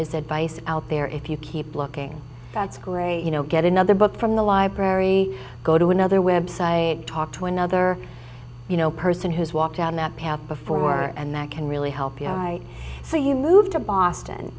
is advice out there if you keep looking that's great you know get another book from the library go to another website talk to another you know person who's walked down that path before and that can really help you so you moved to boston